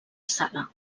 sala